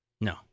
No